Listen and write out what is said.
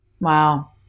Wow